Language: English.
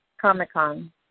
Comic-Con